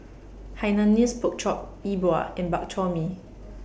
Hainanese Pork Chop Yi Bua and Bak Chor Mee